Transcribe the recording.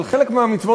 אבל חלק מהמצוות,